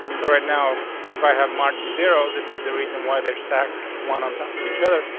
so right now, if i have margin zero, this is the reason why they're stacked one on top of each other.